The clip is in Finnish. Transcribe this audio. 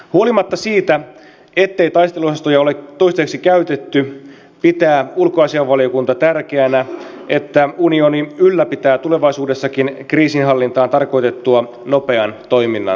huolimatta siitä ettei taisteluosastoja ole toistaiseksi käytetty pitää ulkoasiainvaliokunta tärkeänä että unioni ylläpitää tulevaisuudessakin kriisinhallintaan tarkoitettua nopean toiminnan kykyä